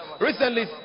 Recently